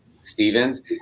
Stevens